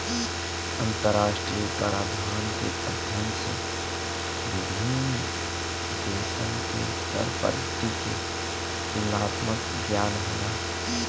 अंतरराष्ट्रीय कराधान के अध्ययन से विभिन्न देशसन के कर पद्धति के तुलनात्मक ज्ञान होला